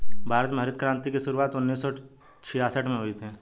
भारत में हरित क्रान्ति की शुरुआत उन्नीस सौ छियासठ में हुई थी